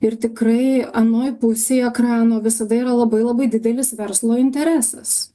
ir tikrai anoj pusėj ekrano visada yra labai labai didelis verslo interesas